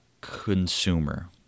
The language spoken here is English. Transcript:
consumer